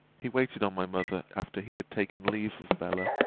he waited on my mother after he had taken leave of bella,